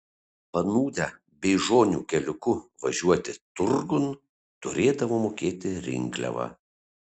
panūdę beižonių keliuku važiuoti turgun turėdavo mokėti rinkliavą